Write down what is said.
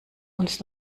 uns